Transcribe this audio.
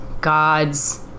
God's